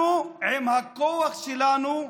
אנחנו, עם הכוח שלנו,